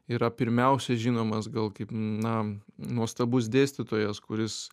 yra pirmiausia žinomas gal kaip na nuostabus dėstytojas kuris